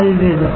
अलविदा